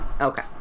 okay